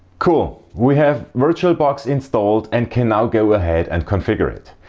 cool, we have virtualbox installed and can now go ahead and configure it.